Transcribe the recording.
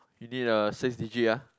you need a six digit ah